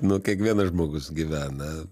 nu kiekvienas žmogus gyvena